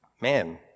Man